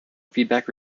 feedback